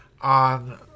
on